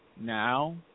Now